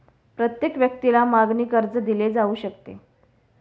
प्रत्येक व्यक्तीला मागणी कर्ज दिले जाऊ शकते